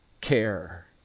care